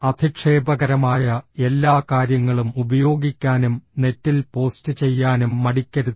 അധിക്ഷേപകരമായ എല്ലാ കാര്യങ്ങളും ഉപയോഗിക്കാനും നെറ്റിൽ പോസ്റ്റ് ചെയ്യാനും മടിക്കരുത്